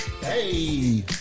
Hey